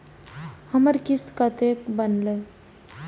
हमर किस्त कतैक बनले?